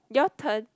your turn